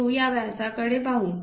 02 या व्यासाकडे पाहू